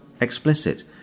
explicit